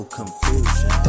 confusion